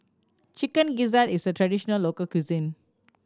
Chicken Gizzard is a traditional local cuisine